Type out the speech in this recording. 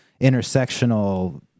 intersectional